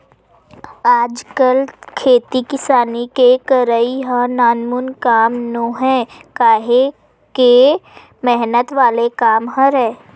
आजकल खेती किसानी के करई ह नानमुन काम नोहय काहेक मेहनत वाले काम हरय